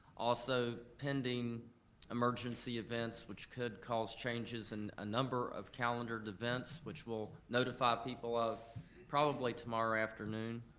also pending emergency events which could cause changes in a number of calendared events which we'll notify people of probably tomorrow afternoon.